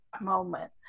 moment